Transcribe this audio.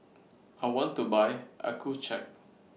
I want to Buy Accucheck